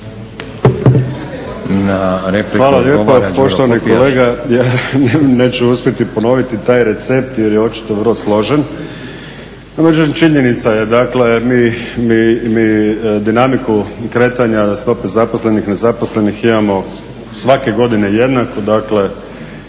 Hvala lijepo. Poštovani kolega, ja neću uspjeti ponoviti taj recept jer je očito vrlo složen, no međutim činjenica je dakle mi dinamiku kretanja stope zaposlenih, nezaposlenih imamo svake godine jednaku, dakle,